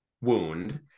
wound